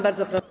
Bardzo proszę.